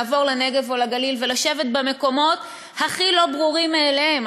לעבור לנגב או לגליל ולשבת במקומות הכי לא ברורים מאליהם.